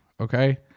Okay